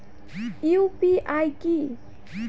UPI কি?